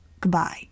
goodbye